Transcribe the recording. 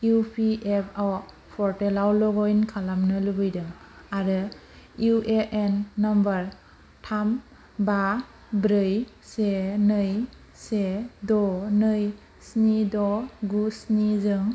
इपि F अ' पर्टेलाव लग इन खालामनो लुबैदों आरो इउ ए एन नाम्बार थाम बा ब्रै से नै से द' नै स्नि द' गु स्निजों